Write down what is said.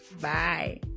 Bye